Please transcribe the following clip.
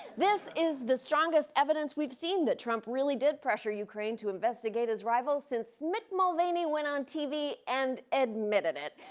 this is the strongest evidence we've seen that trump really did pressure ukraine to investigate his rivals since mick mulvaney went on tv and admitted it.